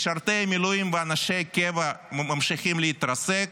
משרתי המילואים ואנשי הקבע ממשיכים להתרסק,